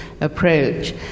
approach